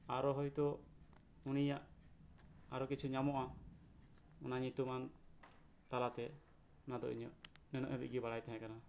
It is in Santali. ᱟᱨᱚ ᱦᱳᱭᱛᱳ ᱩᱱᱤᱭᱟᱜ ᱟᱨᱚ ᱠᱤᱪᱷᱩ ᱧᱟᱢᱚᱜᱼᱟ ᱚᱱᱟ ᱧᱩᱛᱩᱢᱟᱱ ᱛᱟᱞᱟᱛᱮ ᱚᱱᱟᱫᱚ ᱤᱧᱟᱹᱜ ᱱᱤᱱᱟᱹᱜ ᱦᱟᱹᱵᱤᱡ ᱜᱮ ᱵᱟᱲᱟᱭ ᱛᱟᱦᱮᱸᱠᱟᱱᱟ